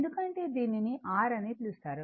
ఎందుకంటే దీనిని R అని పిలుస్తారు